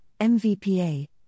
MVPA